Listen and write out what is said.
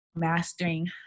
mastering